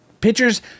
pitchers